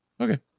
Okay